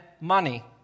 money